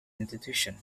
institution